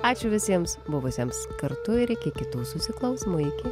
ačiū visiems buvusiems kartu ir iki kitų susiklausymų iki